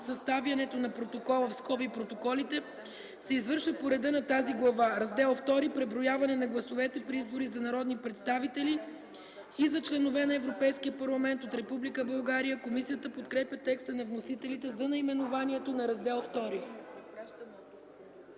съставянето на протокола (протоколите), се извършва по реда на тази глава.” „Раздел ІІ Преброяване на гласовете при избори за народни представители и за членове на Европейския парламент от Република България”. Комисията подкрепя текста на вносителите за наименованието на раздел ІІ.